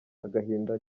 agahinda